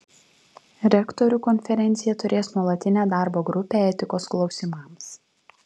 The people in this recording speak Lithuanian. rektorių konferencija turės nuolatinę darbo grupę etikos klausimams